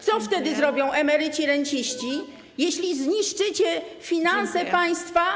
Co wtedy zrobią emeryci i renciści, jeśli zniszczycie finanse państwa.